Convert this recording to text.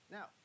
Now